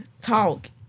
talk